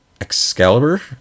Excalibur